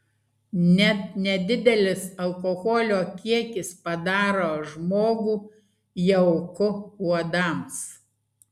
net nedidelis alkoholio kiekis padaro žmogų jauku uodams